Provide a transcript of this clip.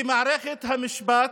כי מערכת המשפט,